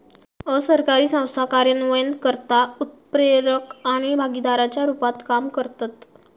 असरकारी संस्था कार्यान्वयनकर्ता, उत्प्रेरक आणि भागीदाराच्या रुपात काम करतत